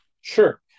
Sure